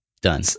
Done